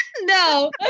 No